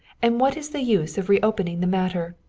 and what is the use of reopening the matter?